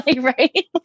right